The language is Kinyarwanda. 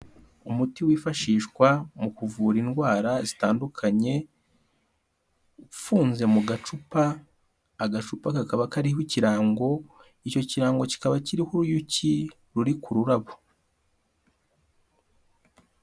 Umuti wifashishwa mu kuvura indwara zitandukanye, ufunze mu gacupa, agacupa kakaba kariho ikirango, icyo kirango kikaba kiriho uruyuki ruri ku rurabo.